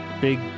big